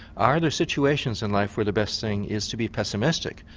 are there situations in life where the best thing is to be pessimistic,